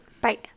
Bye